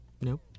Nope